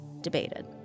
debated